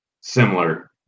similar